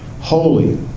Holy